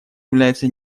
является